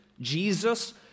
Jesus